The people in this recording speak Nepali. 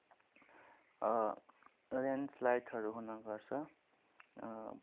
ल्यान्डस्लाइडहरू हुनेगर्छ